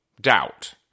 doubt